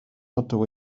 ydw